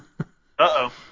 Uh-oh